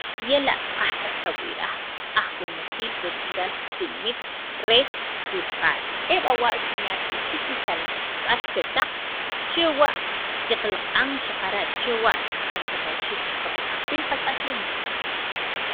y ela' kajk'asab' wi' ra'aj, ajwunaqiil rech wural rech qatinimit rech Tujaal, eb'awa' xinya' rib'ixiik richalajsab'al chetaq, chewa' qiqlaq'an xaqara'. chewa' qas rajawxiik qatijan pi li kak'aslemaal.